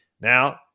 Now